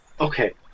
okay